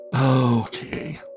Okay